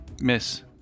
Miss